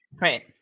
right